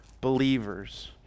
believers